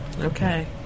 Okay